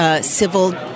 civil